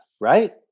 right